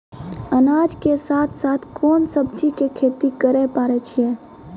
अनाज के साथ साथ कोंन सब्जी के खेती करे पारे छियै?